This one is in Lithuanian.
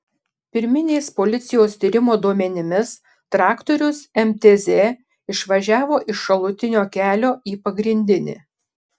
pirminiais policijos tyrimo duomenimis traktorius mtz išvažiavo iš šalutinio kelio į pagrindinį